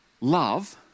love